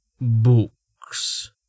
Books